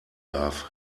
darf